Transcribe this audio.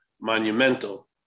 monumental